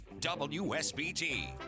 WSBT